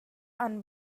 han